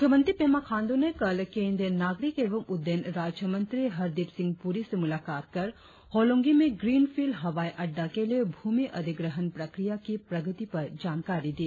मुख्यमंत्री पेमा खांडू ने कल केंद्रीय नागरिक एवं उड़डयन राज्य मंत्री हरदीप सिंह प्री से मुलाकात कर होलोंगी में ग्रीन फील्ड हवाई अड़डा के लिए भ्रमि अधिग्रहण प्रक्रिया की प्रगति पर जानकारी दी